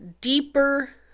deeper